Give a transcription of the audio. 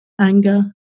anger